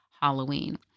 Halloween